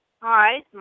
Hi